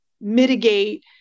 mitigate